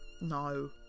No